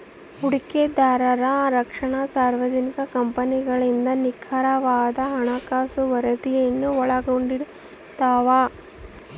ಹೂಡಿಕೆದಾರರ ರಕ್ಷಣೆ ಸಾರ್ವಜನಿಕ ಕಂಪನಿಗಳಿಂದ ನಿಖರವಾದ ಹಣಕಾಸು ವರದಿಯನ್ನು ಒಳಗೊಂಡಿರ್ತವ